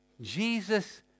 Jesus